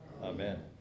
Amen